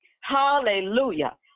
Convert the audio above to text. Hallelujah